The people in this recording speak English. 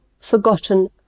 Forgotten